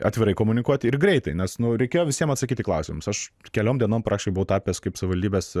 atvirai komunikuoti ir greitai nes nu reikėjo visiem atsakyt į klausimus aš keliom dienom praktiškai buvau tapęs kaip savivaldybės